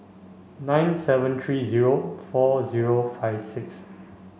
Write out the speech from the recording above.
nine seven three zero four zero five six